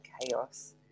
chaos